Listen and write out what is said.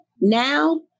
now